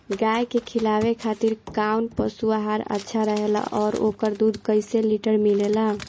गाय के खिलावे खातिर काउन पशु आहार अच्छा रहेला और ओकर दुध कइसे लीटर मिलेला?